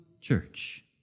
church